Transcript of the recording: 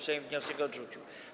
Sejm wniosek odrzucił.